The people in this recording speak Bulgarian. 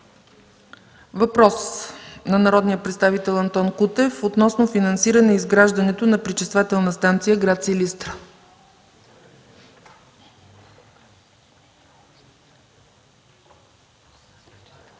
Въпрос на народния представител Антон Кутев относно финансиране изграждането на Пречиствателна станция – град Силистра.